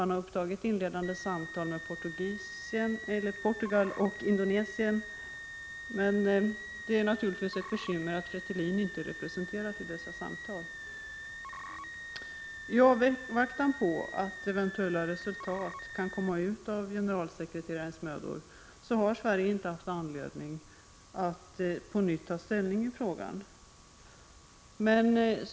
Han har upptagit inledande samtal med Portugal och Indonesien, men det är naturligtvis ett bekymmer att Fretilin inte är representerat vid dessa samtal. I avvaktan på de eventuella resultat som kan komma ut av generalsekreterarens mödor har Sverige inte haft anledning att på nytt ta ställning i frågan.